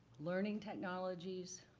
learning technologies